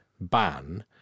ban